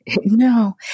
No